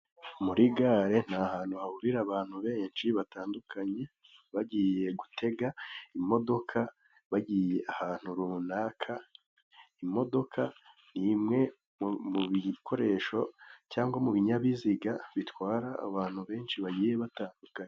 Muri gare ni ahantu hahurira abantu benshi batandukanye, bagiye gutega imodoka, bagiye ahantu runaka. Imodoka ni imwe mu bikoresho cyangwa mu binyabiziga bitwara abantu benshi bagiye batandukanye.